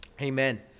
Amen